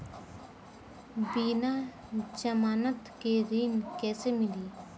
बिना जमानत के ऋण कैसे मिली?